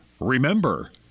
remember